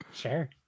sure